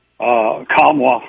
Kamwa